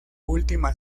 última